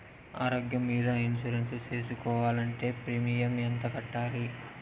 ఆరోగ్యం మీద ఇన్సూరెన్సు సేసుకోవాలంటే ప్రీమియం ఎంత కట్టాలి?